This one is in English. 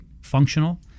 functional